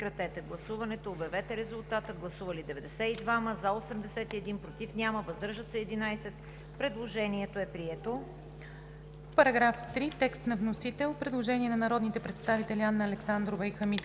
По § 3 – текст на вносител, има предложение на народните представители Анна Александрова и Хамид